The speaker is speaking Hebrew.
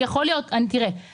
יכול להיות --- תראה,